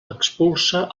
expulsa